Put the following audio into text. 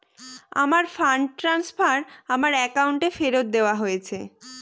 আমার fund transfer আমার অ্যাকাউন্টে ফেরত দেওয়া হয়েছে